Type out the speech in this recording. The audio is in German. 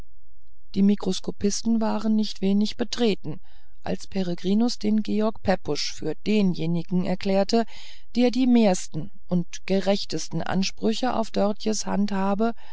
die mikroskopisten waren nicht wenig betreten als peregrinus den george pepusch für denjenigen erklärte der die mehrsten und gerechtesten ansprüche auf dörtjes hand